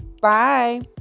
Bye